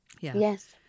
Yes